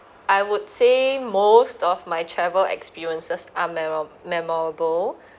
I would say most of my travel experiences are memora~ memorable